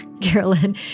Carolyn